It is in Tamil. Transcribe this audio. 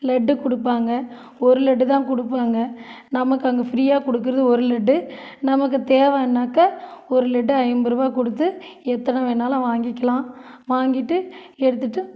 லட்டு கொடுப்பாங்க ஒரு லட்டு தான் கொடுப்பாங்க நமக்கு அங்கே ஃப்ரீயாக கொடுக்கறது ஒரு லட்டு நமக்கு தேவைன்னாக்க ஒரு லட்டு ஐம்பரூவா கொடுத்து எத்தனை வேணாலும் வாங்கிக்கலாம் வாங்கிட்டு எடுத்துகிட்டு